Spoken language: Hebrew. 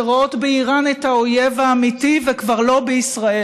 שרואות באיראן את האויב האמיתי וכבר לא בישראל,